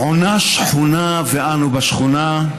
עונה שחונה ואנו בשכונה.